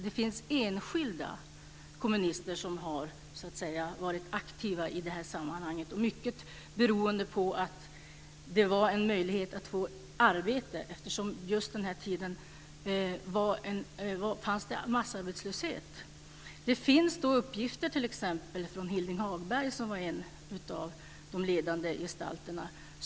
Det finns enskilda kommunister som har varit aktiva i det här sammanhanget. Mycket beroende på att det var en möjlighet att få arbete. Just den här tiden var det massarbetslöshet. Det finns uppgifter från Hilding Hagberg, som var en av de ledande gestalterna.